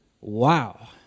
wow